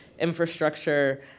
infrastructure